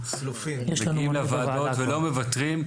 מגיעים לוועדות ולא מוותרים,